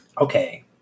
Okay